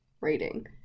rating